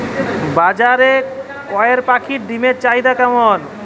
বাজারে কয়ের পাখীর ডিমের চাহিদা কেমন?